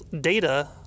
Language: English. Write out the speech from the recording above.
data